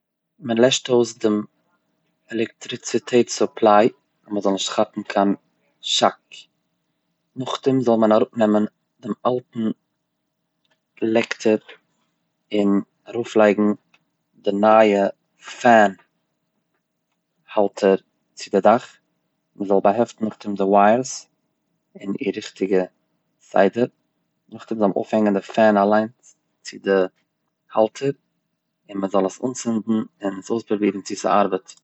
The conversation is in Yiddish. מען לעשט אויס דעם עלעקטריציטעט סופליי מ'זאל נישט כאפן א שאק, נאבדעם זאל מען אראפנעמען דעם אלטן לעקטער און ארויפלייגן די נייע פען האלטער צו דער דאך, מ'זאל באהעפטן נאכדעם די ווייערס אין איר ריכטיגע סדר, נאבדעם זאל מען אויפהענגן די פען אליינס צו די האלטער, און מ'זאל עס אנצינדן און עס אויספראבירן צו עס ארבעט.